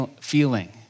feeling